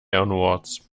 onwards